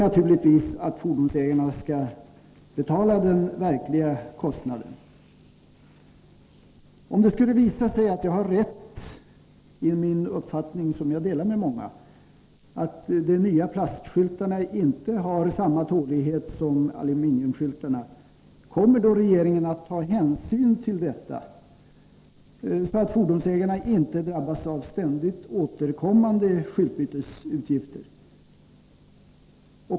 Givetvis skall fordonsägarna betala den verkliga kostnaden. Om det skulle visa sig att jag har rätt i min uppfattning — som jag delar med många — att de nya plastskyltarna inte har samma tålighet som aluminiumskyltarna, kommer regeringen då att ta hänsyn till detta, så att fordonsägarna inte drabbas av ständigt återkommande skyltbytesutgifter?